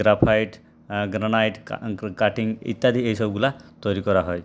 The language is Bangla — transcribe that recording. গ্রাফাইট গ্রানাইট কাটিং ইত্যাদি এইসবগুলো তৈরি করা হয়